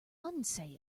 unsay